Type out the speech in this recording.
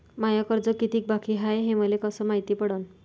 माय कर्ज कितीक बाकी हाय, हे मले कस मायती पडन?